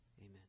Amen